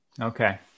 Okay